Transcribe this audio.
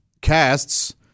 casts